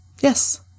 Yes